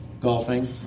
golfing